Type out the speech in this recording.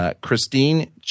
Christine